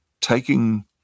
taking